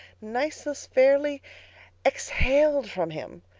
niceness fairly exhaled from him.